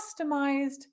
customized